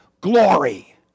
glory